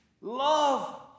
Love